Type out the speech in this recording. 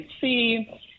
see